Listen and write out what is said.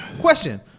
Question